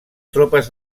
tropes